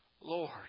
Lord